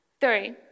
Three